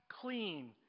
clean